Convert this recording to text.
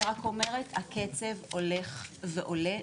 אני רק אומרת שהקצב הולך ועולה,